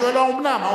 אתה שואל: האומנם?